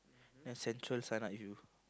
then central sign up you